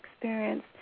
experience